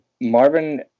Marvin